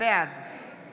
ו-960